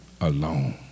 alone